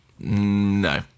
No